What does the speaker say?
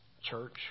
church